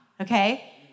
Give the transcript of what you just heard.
okay